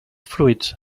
fruits